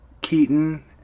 Keaton